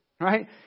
right